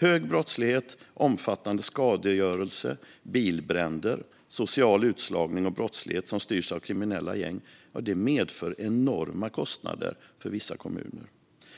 Hög brottslighet, omfattande skadegörelse, bilbränder, social utslagning och brottslighet som styrs av kriminella gäng medför enorma kostnader för vissa kommuner. Om